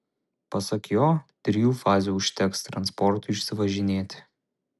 pasak jo trijų fazių užteks transportui išsivažinėti